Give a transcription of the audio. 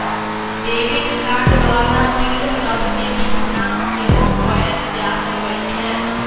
debit card द्वारा bill सभके भुगतान सेहो कएल जा सकइ छै